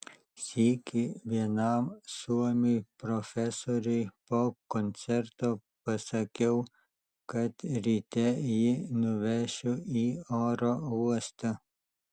sykį vienam suomiui profesoriui po koncerto pasakiau kad ryte jį nuvešiu į oro uostą